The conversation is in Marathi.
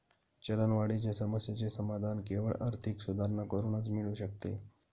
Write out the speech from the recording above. चलनवाढीच्या समस्येचे समाधान केवळ आर्थिक सुधारणा करूनच मिळू शकते